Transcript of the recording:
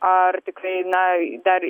ar tikrai nai dar